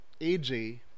AJ